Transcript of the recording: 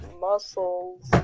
muscles